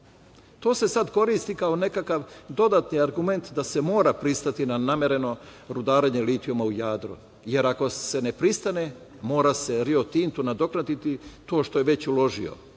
se sada koristi kao nekakav dodatni argument da se mora pristati na namereno rudarenje litijuma u Jadru, jer ako se ne pristane mora se Rio Tintu nadoknaditi to što je već uložio.